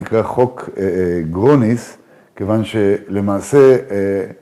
‫מקרה חוק גרוניס, ‫כיוון שלמעשה...